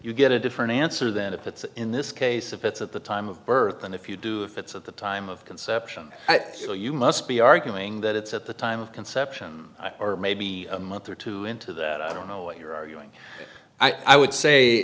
you get a different answer than if it's in this case if it's at the time of birth and if you do if it's at the time of conception so you must be arguing that it's at the time of conception or maybe a month or two into that i don't know what you're arguing i would say